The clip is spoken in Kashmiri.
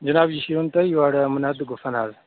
جِناب یہِ چھُ یُن تیٚلہِ یوڑ مُنادِ گُفن حظ